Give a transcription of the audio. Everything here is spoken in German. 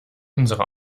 unsere